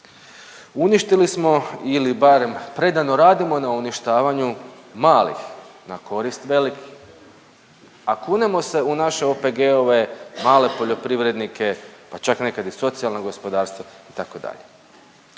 Uništili smo ili barem predano radimo na uništavanju malih na korist velikih, a kunemo se u naše OPG-ove, male poljoprivrednike, pa čak nekad i socijalna gospodarstva itd..